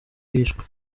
yishwe